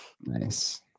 Nice